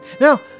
Now